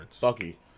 Bucky